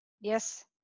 Yes